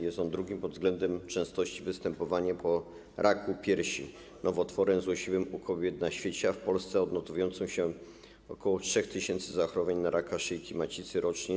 Jest on drugim pod względem częstości występowania, po raku piersi, nowotworem złośliwym u kobiet na świecie, a w Polsce odnotowuje się ok. 3 tys. zachorowań na raka szyjki macicy rocznie.